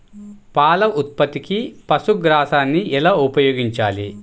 పాల ఉత్పత్తికి పశుగ్రాసాన్ని ఎలా ఉపయోగించాలి?